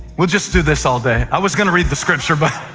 we'll just do this all day. i was going to read the scripture, but,